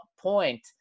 point